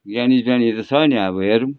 ज्ञानी ज्ञानी त छ नि अब हेरौँ